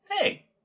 Hey